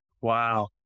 Wow